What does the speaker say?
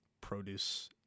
produce